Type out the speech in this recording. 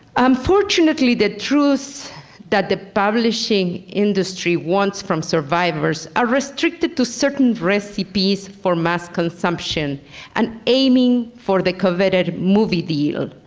unfortunately the truths that the publishing industry wants from survivors are restricted to certain recipes for mass consumption and aiming for the coveted movie deal.